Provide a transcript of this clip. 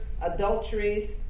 adulteries